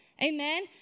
amen